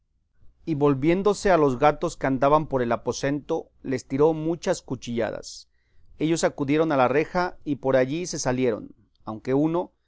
y volviéndose a los gatos que andaban por el aposento les tiró muchas cuchilladas ellos acudieron a la reja y por allí se salieron aunque uno